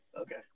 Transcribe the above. Okay